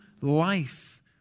life